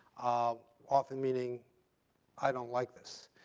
ah often meaning i don't like this.